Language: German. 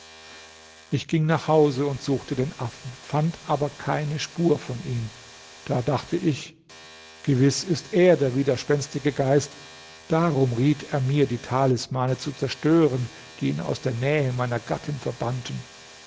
ich ging nach hause und suchte den affen fand aber keine spur von ihm da dachte ich gewiß ist er der widerspenstige geist darum riet er mir die talismane zu zerstören die ihn aus der nähe meiner gattin verbannten